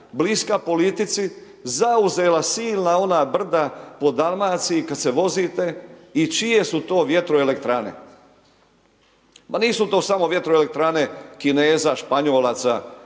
bliska politici zauzela silna ona brda po Dalmaciji kada se vozite i čije su to vjetroelektrane. Ma nisu to samo vjetroelektrane Kineza, Španjolaca,